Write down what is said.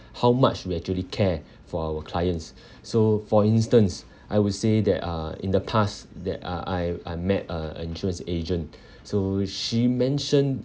how much we actually care for our clients so for instance I would say that uh in the past that uh I I met a insurance agent so she mentioned